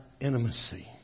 intimacy